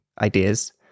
ideas